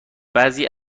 بعضی